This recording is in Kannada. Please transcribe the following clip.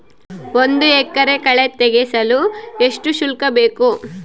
ಒಂದು ಎಕರೆ ಕಳೆ ತೆಗೆಸಲು ಎಷ್ಟು ಶುಲ್ಕ ಬೇಕು?